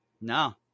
No